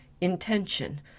intention